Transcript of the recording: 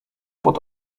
pod